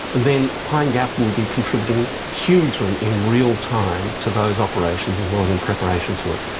then pine gap will be contributing hugely in real time to those operations, as well as in preparation to it.